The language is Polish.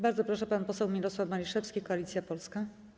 Bardzo proszę, pan poseł Mirosław Maliszewski, Koalicja Polska.